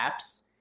apps